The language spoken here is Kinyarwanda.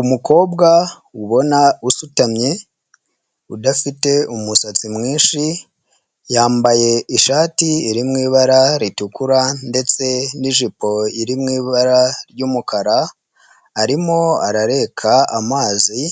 Umukobwa ubona usutamye udafite umusatsi mwinshi; yambaye ishati iri mu ibara ritukura ndetse n'ijipo iri mu ibara ry'umukara; arimo arareka amazi